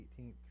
18th